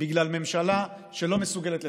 בגלל ממשלה שלא מסוגלת לתפקד.